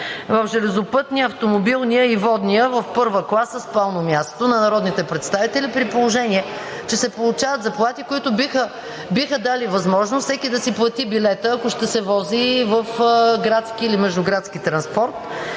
в железопътния, автомобилния и водния в първа класа, спално място на народните представители, при положение че се получават заплати, които биха дали възможност всеки да си плати билета, ако ще се вози в градски или междуградски транспорт.